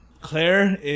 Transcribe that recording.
Claire